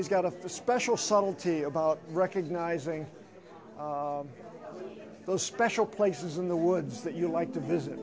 he's got a special subtlety about recognizing those special places in the woods that you like to visit